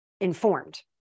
informed